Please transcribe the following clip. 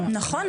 נכון,